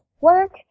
work